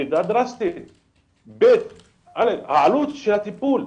בנוסף, העלות של הטיפול.